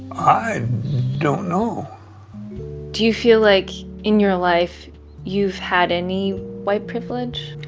i don't know do you feel like in your life you've had any white privilege?